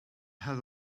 have